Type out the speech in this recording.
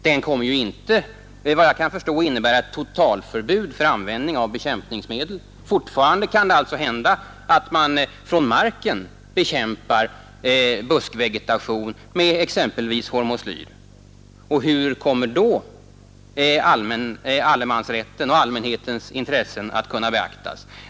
Den kommer ju inte, efter vad jag kan förstå, att innebära ett totalförbud för användning av bekämpningsmedel. Fortfarande kan det alltså hända att man från marken bekämpar buskvegetation med exempelvis hormoslyr. Och hur kommer då allemansrätten och allmänhetens intressen att kunna beaktas?